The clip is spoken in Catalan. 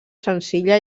senzilla